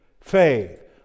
faith